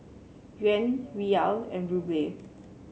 Yuan Riyal and Ruble